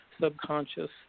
subconscious